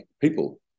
people